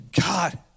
God